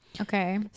Okay